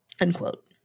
Unquote